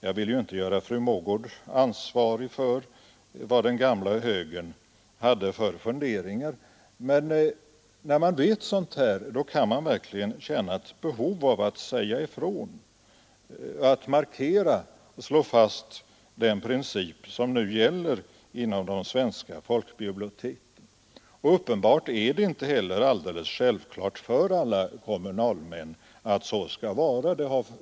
Nu vill jag inte göra fru Mogård ansvarig för vad den gamla högern hade för uppfattningar, men när man vet hur det har varit kan man verkligen känna ett behov att säga ifrån, att markera och slå fast den princip som nu gäller inom de svenska folkbiblioteken. Uppenbarligen är det heller inte alldeles självklart för alla kommunalmän att så skall vara.